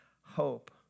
hope